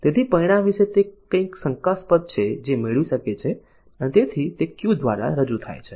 તેથી પરિણામ વિશે તે કંઈક શંકાસ્પદ છે જે તે મેળવી શકે છે અને તેથી તે Q દ્વારા રજૂ થાય છે